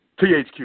THQ